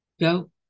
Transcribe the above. go